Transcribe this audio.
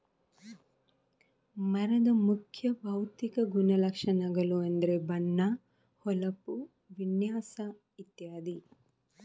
ಮರದ ಮುಖ್ಯ ಭೌತಿಕ ಗುಣಲಕ್ಷಣಗಳು ಅಂದ್ರೆ ಬಣ್ಣ, ಹೊಳಪು, ವಿನ್ಯಾಸ ಇತ್ಯಾದಿ